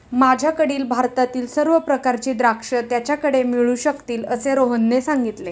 माझ्याकडील भारतातील सर्व प्रकारची द्राक्षे त्याच्याकडे मिळू शकतील असे रोहनने सांगितले